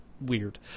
weird